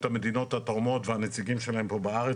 המדינות התורמות והנציגים שלהם פה בארץ.